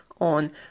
on